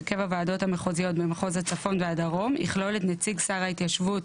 הרכב הוועדות המחוזיות במחוז הצפון והדרום יכלול את נציג שר ההתיישבות